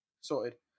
Sorted